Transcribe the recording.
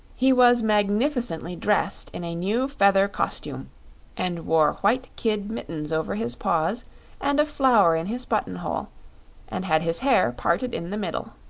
he was magnificently dressed in a new feather costume and wore white kid mittens over his paws and a flower in his button-hole and had his hair parted in the middle.